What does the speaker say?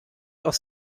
aus